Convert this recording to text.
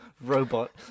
robot